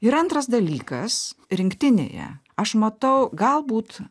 ir antras dalykas rinktinėje aš matau galbūt